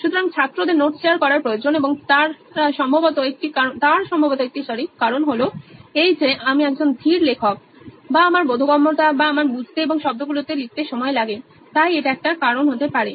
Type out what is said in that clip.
সুতরাং ছাত্রদের note share করার প্রয়োজন তার সম্ভবত একটি কারণ হলো এই যে আমি একজন ধীর লেখক বা আমার বোধগম্যতা বা আমার বুঝতে এবং শব্দগুলোতে লিখতে সময় লাগে তাই এটা একটা কারণ হতে পারে